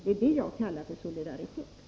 Det är det som jag kallar för solidaritet.